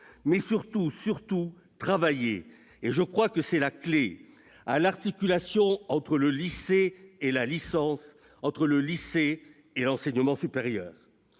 mais surtout travailler- et je crois que c'est la clé -à l'articulation entre le lycée et la licence, entre le lycée et l'enseignement supérieur.